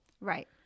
Right